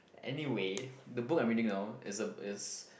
anyway the book I'm reading now is a is